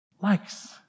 likes